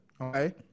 okay